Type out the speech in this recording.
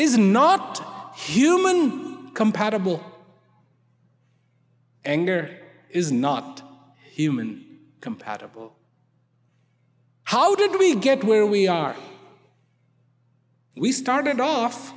is not human compatible anger is not human compatible how did we get where we are we started off